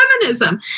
feminism